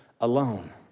alone